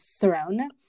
throne